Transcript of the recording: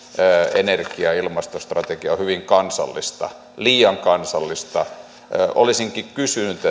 energia ja ilmastostrategia on hyvin kansallista liian kansallista olisinkin kysynyt